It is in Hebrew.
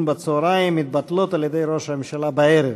בצהריים מתבטלות על-ידי ראש הממשלה בערב,